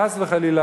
חס וחלילה,